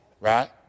right